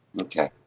Okay